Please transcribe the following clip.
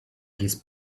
his